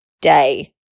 day